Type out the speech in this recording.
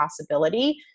possibility